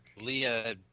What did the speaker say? Leah